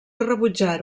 rebutjar